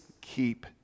keep